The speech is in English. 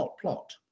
plot